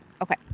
Okay